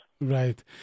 Right